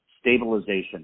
stabilization